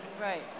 Right